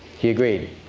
he agreed.